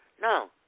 No